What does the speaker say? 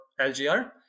LGR